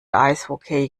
eishockey